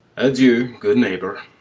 adieu, good neighbour.